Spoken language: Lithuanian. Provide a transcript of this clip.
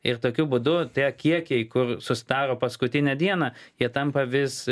ir tokiu būdu tie kiekiai kur sustabdo paskutinę dieną jie tampa vis